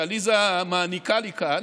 שעליזה מעניקה לי כאן,